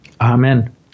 Amen